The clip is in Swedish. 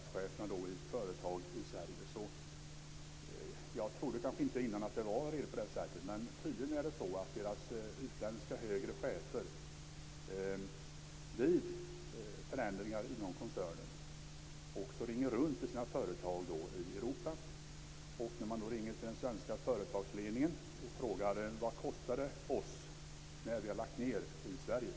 Sverige - jag trodde inte tidigare att det var på det här sättet, men tydligen är det så - blir de uppringda av sina utländska högre chefer vid förändringar inom koncernen i samband med att de senare också ringer runt till sina företag i Europa. Man ringer alltså till den svenska företagsledningen och frågar: Vad kostar det oss när vi har lagt ned i Sverige?